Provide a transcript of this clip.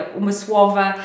umysłowe